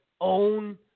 own